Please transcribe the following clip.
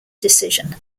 decision